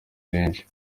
benshi